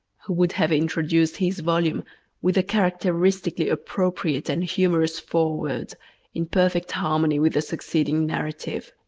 who would have introduced his volume with a characteristically appropriate and humorous foreword in perfect harmony with the succeeding narrative.